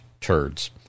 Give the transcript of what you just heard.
turds